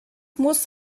muss